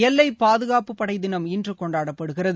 எல்லை பாதுகாப்புப் படை தினம் இன்று கொண்டாடப்படுகிறது